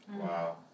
Wow